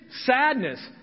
sadness